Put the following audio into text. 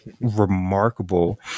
remarkable